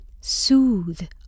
soothe